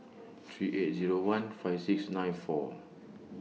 three eight Zero one five six nine four